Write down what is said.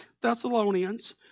Thessalonians